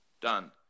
Done